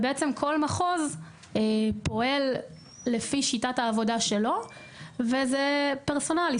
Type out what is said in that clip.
כל מחוז פועל לפי שיטת העבודה שלו וזה פרסונלי.